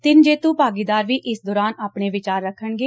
ਤਿੰਨ ਜੇਤੁ ਭਾਗੀਦਾਰ ਵੀ ਇਸ ਦੌਰਾਨ ਆਪਣੇ ਵਿਚਾਰ ਰੱਖਣਗੇ